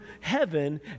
heaven